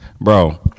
bro